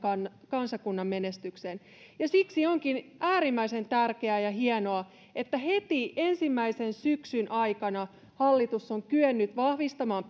kansakunnan menestykseen siksi onkin äärimmäisen tärkeää ja hienoa että heti ensimmäisen syksyn aikana hallitus on kyennyt vahvistamaan